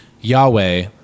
Yahweh